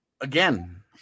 Again